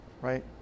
right